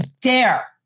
dare